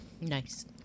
Nice